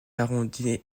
arrondie